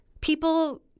people